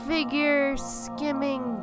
Figure-skimming